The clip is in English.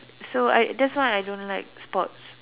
so I that's why I don't like sports